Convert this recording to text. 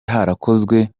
harakozwe